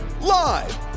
Live